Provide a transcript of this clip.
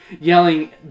yelling